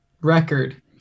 record